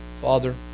Father